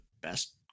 best